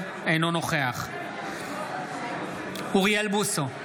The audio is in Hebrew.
אינו נוכח אוריאל בוסו,